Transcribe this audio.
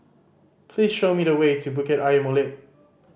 please show me the way to Bukit Ayer Molek